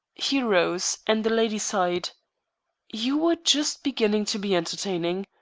he rose, and the lady sighed you were just beginning to be entertaining.